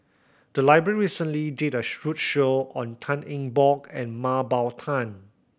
the library recently did a roadshow on Tan Eng Bock and Mah Bow Tan